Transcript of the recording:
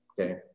okay